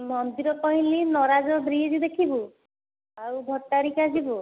ମନ୍ଦିର କହିଲି ନରାଜ ବ୍ରିଜ୍ ଦେଖିବୁ ଆଉ ଭଟ୍ଟାରିକା ଯିବୁ